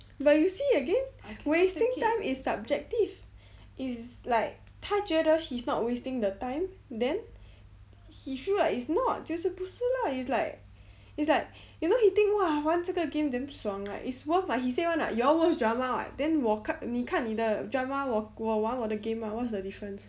but you see again wasting time is subjective it's like 他觉得 he's not wasting the time then he feel like it's not 就是不是 lah it's like it's like you know he think !wah! 玩这个 game damn 爽 right it's worth but he said [one] you all watch drama [what] then 我看你看你的 drama 我玩我的 game lah what's the difference